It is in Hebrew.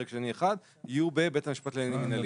שני1" יהיו בבית המשפט לעניינים מנהליים.